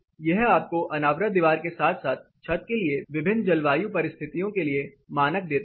यह आपको अनावृत दीवार के साथ साथ छत के लिए विभिन्न जलवायु परिस्थितियों के लिए मानक देता है